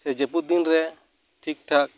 ᱥᱮ ᱡᱟᱹᱯᱩᱫ ᱫᱤᱱᱨᱮ ᱴᱷᱤᱠᱴᱷᱟᱠ